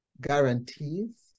Guarantees